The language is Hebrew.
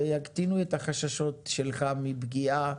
ויקטינו את החששות שלך מפגיעה.